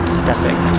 stepping